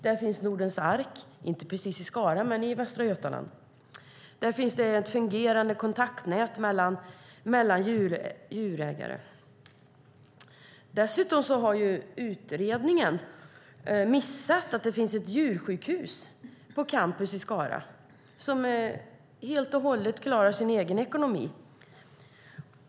Där finns Nordens Ark, inte precis i Skara men i Västra Götaland, och där finns ett fungerande kontaktnät mellan djurägare. Dessutom har utredningen missat att det finns ett djursjukhus på campus i Skara som helt och hållet klarar sin egen ekonomi.